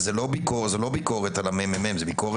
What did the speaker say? וזה לא ביקורת על מרכז המחקר והמידע אלא עלינו,